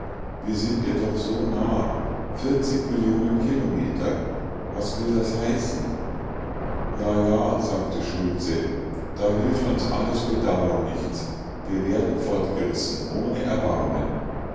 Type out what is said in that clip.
wir sind ihr doch so nah millionen kilometer was will das heißen ja ja sagte schultze da hilft uns alles bedauern nichts wir werden fortgerissen ohne erbarmen